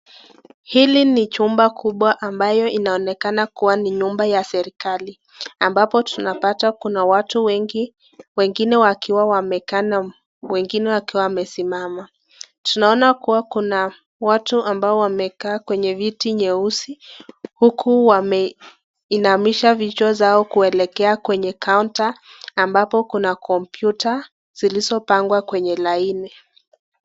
Hili ni chumba kubwa ambayo inaonekana kuwa ni nyumba ya serikali. Ambapo tunapata Kuna watu wengi, wengine wakiwa wamekaa na wengine wakiwa wamesimama. Tunaona kuwa kuna watu ambao wamekaa kwenye viti nyeusi, huku wameinamisha vichwa zao kuelekeza kwenye counter ambapo kuna computer zilizopangwa kwenye laini.